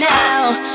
now